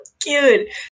cute